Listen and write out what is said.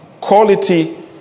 quality